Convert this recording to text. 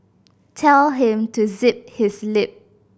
tell him to zip his lip